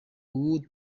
ubu